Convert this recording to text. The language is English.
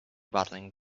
battling